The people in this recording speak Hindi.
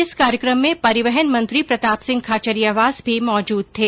इस कार्यक्रम में परिवहन मंत्री प्रताप सिंह खाचरियावास भी मौजूद थे